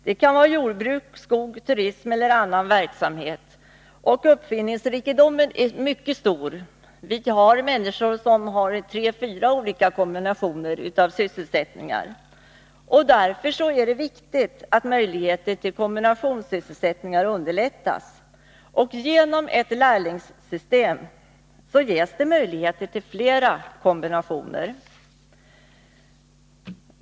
Det kan vara jordbruk, skogsbruk, turism eller annan verksamhet. Uppfinningsrikedomen är mycket stor. Det finns människor som har kombinationer på tre fyra sysselsättningar. Det är därför viktigt att möjligheten till kombinationssysselsättning underlättas, I ett lärlingssystem ges möjligheter till flera kombinationer.